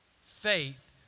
Faith